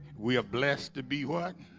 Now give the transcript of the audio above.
we are blessed to be what